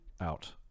out